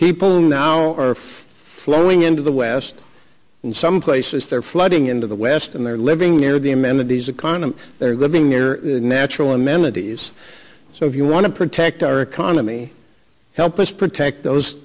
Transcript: people now are flowing into the west in some places they're flooding into the west and they're living near the amenities economy they're living their natural amenities so if you want to protect our economy help us protect those